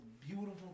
beautiful